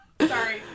sorry